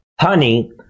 honey